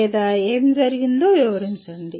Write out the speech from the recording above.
లేదా ఏమి జరిగిందో వివరించండి